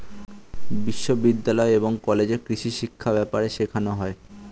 বিশ্ববিদ্যালয় এবং কলেজে কৃষিশিক্ষা ব্যাপারে শেখানো হয়